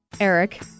Eric